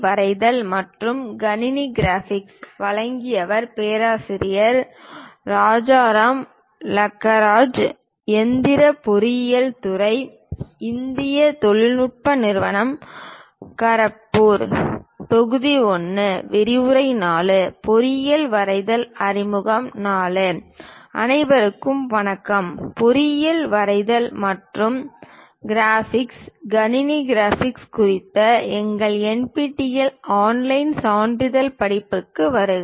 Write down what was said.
விரிவுரை 04 பொறியியல் வரைதல் அறிமுகம் IV அனைவருக்கும் வணக்கம் பொறியியல் வரைதல் மற்றும் கிராபிக்ஸ் கணினி கிராபிக்ஸ் குறித்த எங்கள் NPTEL ஆன்லைன் சான்றிதழ் படிப்புகளுக்கு வருக